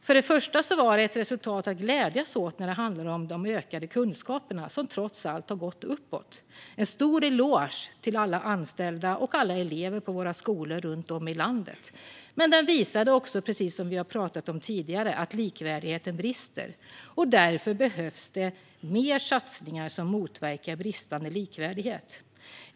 Först och främst var det ett resultat att glädjas åt när det handlar om kunskaperna, som trots allt har gått uppåt - en stor eloge till alla anställda och elever på våra skolor runt om i landet! Men PISA visade också, precis som vi har sagt här tidigare, att likvärdigheten brister. Därför behövs fler satsningar som motverkar bristande likvärdighet.